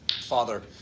Father